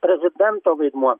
prezidento vaidmuo